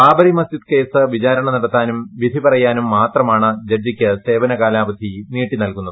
Babri Masjid case വിചാരണ നടത്താനും വിധി പറയാനും മാത്രമാണ് ജഡ്ജിക്ക് സേവന കാലാവധി നീട്ടി നൽകുന്നത്